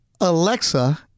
Alexa